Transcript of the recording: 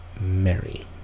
Mary